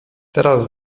teraz